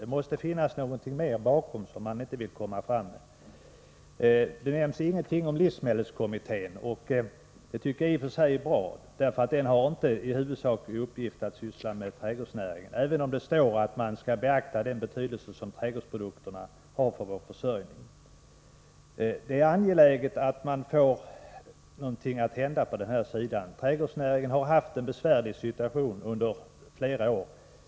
Det måste finnas någonting mer bakom som man inte vill avslöja. Det nämns ingenting om livsmedelskommittén. Det tycker jag i och för sig är bra, för den har inte till huvudsaklig uppgift att syssla med trädgårdsnäringen även om det står i direktiven att man skall beakta den betydelse som trädgårdsprodukterna har för vår försörjning. Det är angeläget att det händer någonting på trädgårdsområdet. Trädgårdsnäringen har haft en besvärlig situation under flera år.